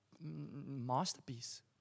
masterpiece